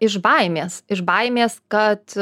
iš baimės iš baimės kad